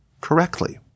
correctly